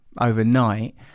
overnight